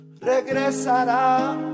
Regresará